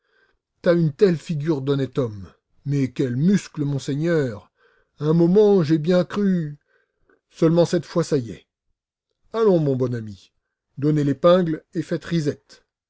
t'as une telle figure d'honnête homme mais quels muscles monseigneur un moment j'ai bien cru seulement cette fois ça y est allons mon bon ami donnez l'épingle et faites risette